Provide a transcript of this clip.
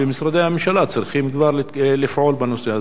ומשרדי הממשלה צריכים כבר לפעול בנושא הזה.